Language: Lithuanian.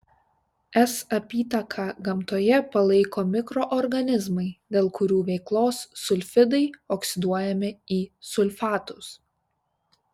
s apytaką gamtoje palaiko mikroorganizmai dėl kurių veiklos sulfidai oksiduojami į sulfatus